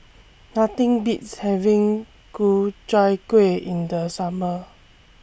Nothing Beats having Ku Chai Kuih in The Summer